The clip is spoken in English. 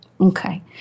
Okay